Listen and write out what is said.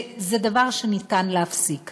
וזה דבר שניתן להפסיק